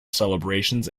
celebrations